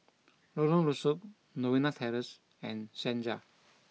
Lorong Rusuk Novena Terrace and Senja